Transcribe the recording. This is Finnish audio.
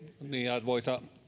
arvoisa